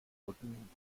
brücken